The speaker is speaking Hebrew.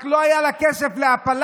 רק לא היה לה כסף להפלה,